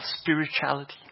spirituality